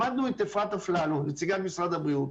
שמענו את אפרת אפללו, נציגת משרד הבריאות,